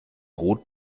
rot